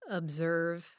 observe